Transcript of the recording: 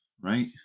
right